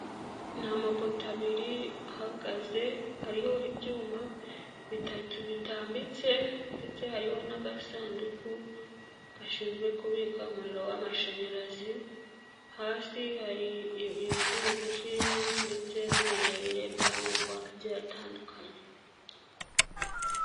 Ni amapoto abiri ahagaze, hariho ibyuma bitatu bitambitse ndetse hariho n'agasanduku gashinzwe kubika umuriro w'amashanyarazi, hasi hari ibice bigufinya ndetse n'ibirebire by'amoko agiye atandukanye.